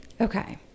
Okay